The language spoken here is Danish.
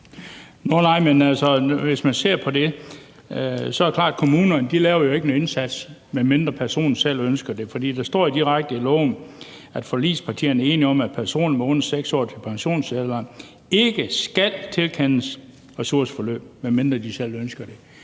hvis man ser på det, er det klart, at kommunerne jo ikke laver en indsats, medmindre personen selv ønsker det. For der står direkte i loven, at forligspartierne er enige om, at personer med under 6 år til pensionsalderen ikke skal tilkendes ressourceforløb, medmindre de selv ønsker det.